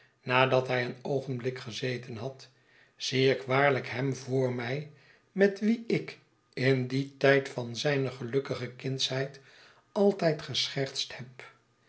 nadat hij een oogenblik gezeten had zie ik waarlijk hem voor mij met wien ik in den tijd van zijne gelukkige kindsheid altijd geschertst heb